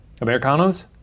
Americanos